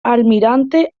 almirante